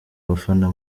abafana